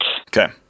Okay